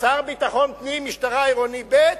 השר לביטחון פנים, משטרה עירונית ב'.